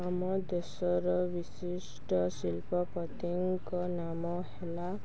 ଆମ ଦେଶର ବିଶିଷ୍ଟ ଶିଳ୍ପପତିଙ୍କ ନାମ ହେଲା